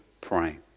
praying